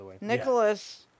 Nicholas